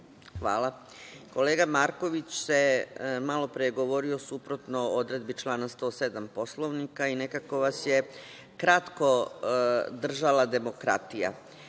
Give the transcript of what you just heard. Hvala. Kolega Marković malopre je govorio suprotno odredbi člana 107. Poslovnika i nekako vas je kratko držala demokratija. Govorite